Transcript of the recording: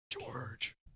George